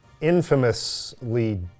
infamously